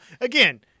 again –